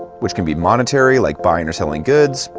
which can be monetary like buying or selling goods,